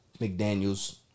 McDaniels